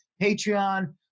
Patreon